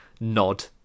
nod